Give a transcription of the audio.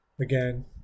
again